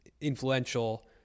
influential